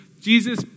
Jesus